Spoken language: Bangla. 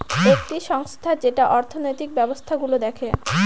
একটি সংস্থা যেটা অর্থনৈতিক ব্যবস্থা গুলো দেখে